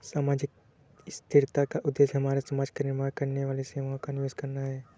सामाजिक स्थिरता का उद्देश्य हमारे समाज का निर्माण करने वाली सेवाओं का निवेश करना है